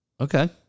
Okay